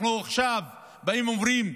אנחנו עכשיו באים ואומרים: